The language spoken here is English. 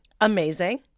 amazing